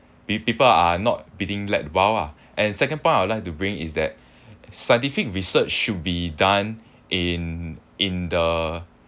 pe~ people are not being let wild ah and second point I would like to bring is that scientific research should be done in in the